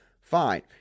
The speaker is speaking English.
fine